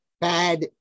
bad